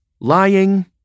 Lying